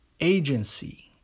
agency